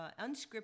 unscripted